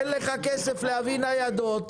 אין לך כסף להביא ניידות,